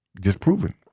disproven